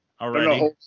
already